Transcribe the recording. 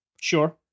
Sure